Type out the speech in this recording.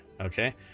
Okay